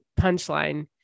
punchline